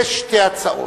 יש שתי הצעות.